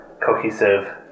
cohesive